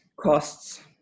costs